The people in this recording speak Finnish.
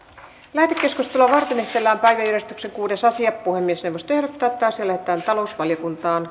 lähetekeskustelua varten esitellään päiväjärjestyksen kuudes asia puhemiesneuvosto ehdottaa että asia lähetetään talousvaliokuntaan